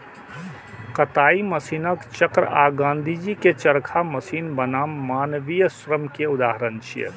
कताइ मशीनक चक्र आ गांधीजी के चरखा मशीन बनाम मानवीय श्रम के उदाहरण छियै